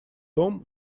том